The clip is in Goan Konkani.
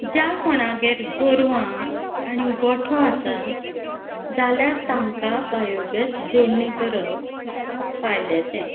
ज्या कोणागेर गोरवां आनी गोठो आसा जाल्यार तांकां बायोगॅस जोडणी करप फायद्याचें